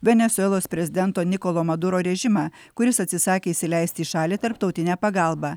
venesuelos prezidento nikolo maduro režimą kuris atsisakė įsileisti į šalį tarptautinę pagalbą